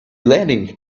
landing